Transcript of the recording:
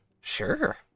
sure